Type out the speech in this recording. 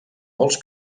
molts